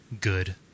good